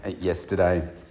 yesterday